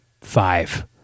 five